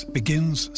begins